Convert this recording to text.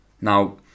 Now